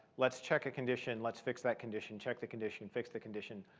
let's check a condition. let's fix that condition. check the condition, fix the condition.